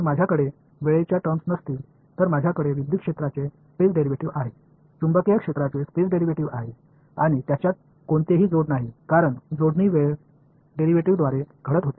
எனக்கு நேர விதிமுறைகள் இல்லையென்றால் எனக்கு மின்சார புலத்தின் ஸ்பேஸ் டிரைவேடிவ் காந்தப்புலத்தின் ஸ்பேஸ் டிரைவேடிவ் உள்ளது அவற்றுக்கிடையே எந்த இணைப்பும் இல்லை ஏனெனில் இணைப்பு டைம் டிரைவேடிவ் வழியாக நடக்கிறது